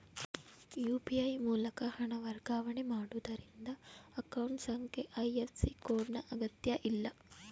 UPI ಮೂಲಕ ಹಣ ವರ್ಗಾವಣೆ ಮಾಡುವುದರಿಂದ ಅಕೌಂಟ್ ಸಂಖ್ಯೆ ಐ.ಎಫ್.ಸಿ ಕೋಡ್ ನ ಅಗತ್ಯಇಲ್ಲ